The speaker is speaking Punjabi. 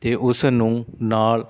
ਅਤੇ ਉਸਨੂੰ ਨਾਲ